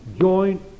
joint